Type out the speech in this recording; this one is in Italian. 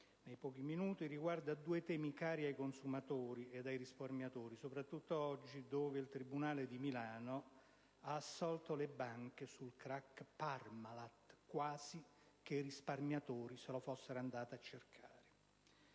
che voglio sviluppare riguarda due temi cari ai consumatori ed ai risparmiatori, soprattutto oggi che il tribunale di Milano ha assolto le banche sul *crack* Parmalat, quasi che i risparmiatori se la fossero andata a cercare.